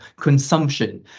consumption